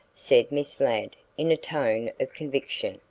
said miss ladd in a tone of conviction.